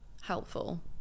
helpful